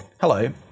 hello